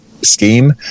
scheme